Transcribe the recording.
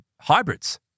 hybrids